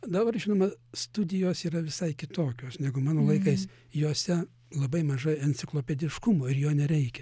dabar žinoma studijos yra visai kitokios negu mano laikais jose labai mažai enciklopediškumo ir jo nereikia